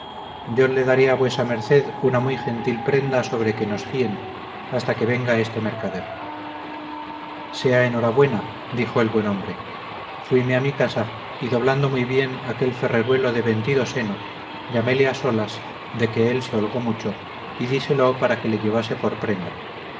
yo le daré a vuesa merced una muy gentil prenda sobre que nos fíen hasta que venga este mercader sea en hora buena dijo el buen hombre fuime a mi casa y doblando muy bien aquel ferreruelo de ventidoseno llaméle a solas de que él se holgó mucho y díselo para que le llevase por prenda